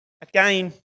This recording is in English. again